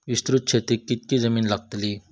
विस्तृत शेतीक कितकी जमीन लागतली?